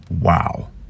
wow